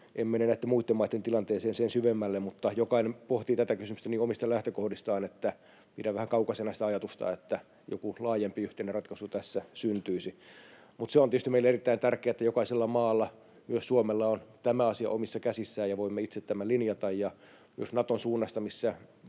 näitten muitten maitten tilanteeseen sen syvemmälle, mutta jokainen pohtii tätä kysymystä niin omista lähtökohdistaan, että pidän vähän kaukaisena sitä ajatusta, että joku laajempi yhteinen ratkaisu tässä syntyisi. Mutta se on tietysti meille erittäin tärkeää, että jokaisella maalla, myös Suomella, on tämä asia omissa käsissään, ja voimme itse tämän linjata.